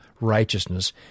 righteousness